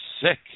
Sick